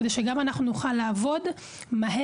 כדי שגם אנחנו נוכל לעבוד מהר,